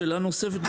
שאלה נוספת,